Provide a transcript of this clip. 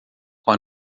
com